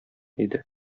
иде